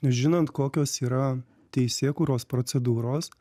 žinant kokios yra teisėkūros procedūros